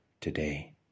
today